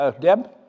Deb